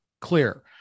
clear